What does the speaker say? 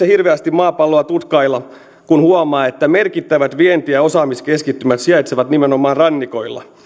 hirveästi maapalloa tutkailla kun huomaa että merkittävät vienti ja osaamiskeskittymät sijaitsevat nimenomaan rannikoilla